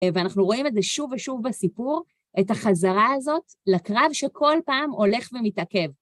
ואנחנו רואים את זה שוב ושוב בסיפור, את החזרה הזאת לקרב שכל פעם הולך ומתעכב.